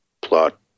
plot